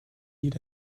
eat